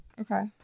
Okay